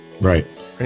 right